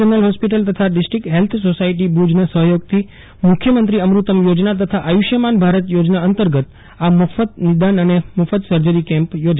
general hospital તથા district health society ભુજના સહયોગથી મુખ્યમંત્રી અમૃતમ ચોજના તથા આયુષ્માન ભારત ચોજના અંતર્ગત આ મફત નિદાન અને મફત સર્જરી કેમ્પ યોજાશે